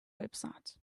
website